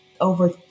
over